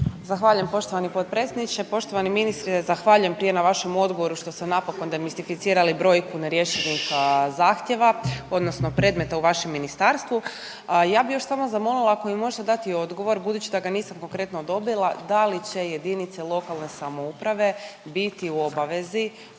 Zahvaljujem poštovani potpredsjedniče. Poštovani ministre zahvaljujem prije na vašem odgovoru što ste napokon demistificirali brojku nerješivih zahtjeva odnosno predmeta u vašem ministarstvu. Ja bi još samo zamolila ako mi možete dati odgovor budući da ga nisam konkretno dobila, da li će jedinice lokalne samouprave biti u obavezi,